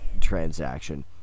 transaction